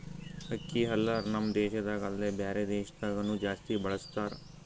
ಅಕ್ಕಿ ಹಲ್ಲರ್ ನಮ್ ದೇಶದಾಗ ಅಲ್ದೆ ಬ್ಯಾರೆ ದೇಶದಾಗನು ಜಾಸ್ತಿ ಬಳಸತಾರ್